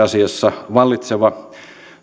asiassa vallitseva